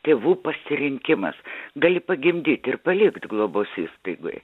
tėvų pasirinkimas gali pagimdyt ir palikt globos įstaigoj